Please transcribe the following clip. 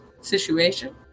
situation